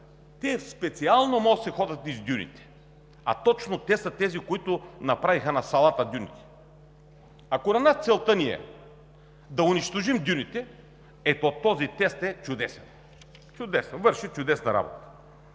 специално могат да си ходят из дюните! А точно те са тези, които направиха на салата дюните. Ако на нас целта ни е да унищожим дюните, ето този текст е чудесен, върши чудесна работа!